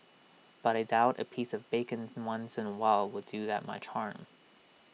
but I doubt A piece of bacon once in A while will do that much harm